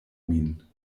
min